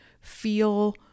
feel